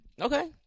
Okay